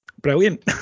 brilliant